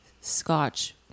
scotch